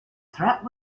threat